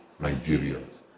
Nigerians